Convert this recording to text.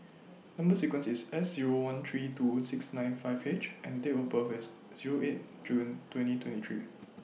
Number sequence IS S Zero one three two six nine five H and Date of birth IS Zero eight June twenty twenty three